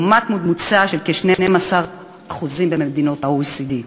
לעומת קבוצה של כ-12% במדינות ה-OECD,